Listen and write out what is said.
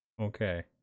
Okay